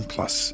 Plus